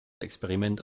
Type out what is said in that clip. experiment